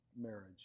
marriage